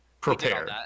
prepare